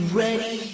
ready